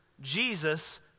Jesus